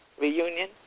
Reunion